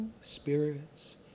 spirits